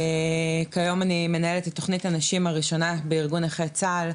כיום אני מנהלת את תוכנית הנשים הראשונה בארגון נכי צה"ל.